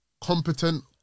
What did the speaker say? competent